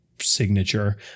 signature